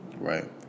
right